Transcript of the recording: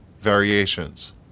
variations